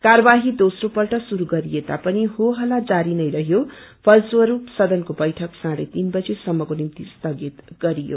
कार्यवाझी दोस्रो पल्ट श्रुरू गरिए तापनि इंगामा जारी नै रहयो फलस्वरूप सदनको बैठक साढ़े तीन बजेसम्मको निम्ति स्थगित गरियो